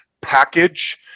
package